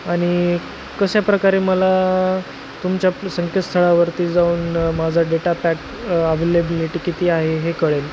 आणि कशाप्रकारे मला तुमच्या संकेतस्थळावरती जाऊन माझा डेटा पॅक अवेलेबिलिटी किती आहे हे कळेल